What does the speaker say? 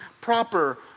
proper